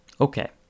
Okay